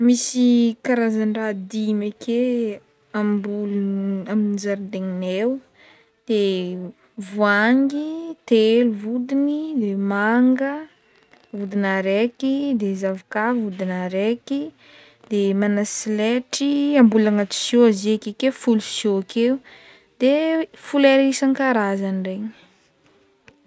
Misy karazandraha dimy ake ambo- amin-jaridaignanay o de vohangy telo vodiny, de manga vodiny araiky, zavoka vodiny araiky, magnasilaitry amboly agnaty sio izy akekeo folo sio akeo, de folera isan-karazany regny.